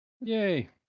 Yay